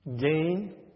gain